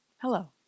Hello